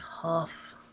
tough